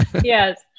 Yes